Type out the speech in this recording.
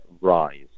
rise